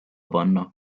panna